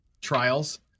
trials